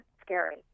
scary